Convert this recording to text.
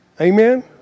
Amen